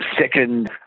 second